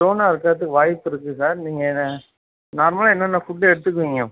ஸ்டோனா இருக்கறத்துக்கு வாய்ப்பிருக்கு சார் நீங்கள் ந நார்மலாக என்னென்ன ஃபுட்டு எடுத்துக்குவீங்க